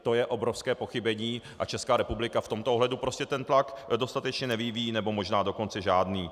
To je obrovské pochybení a Česká republika v tomto ohledu prostě ten tlak dostatečně nevyvíjí, nebo možná dokonce žádný.